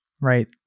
right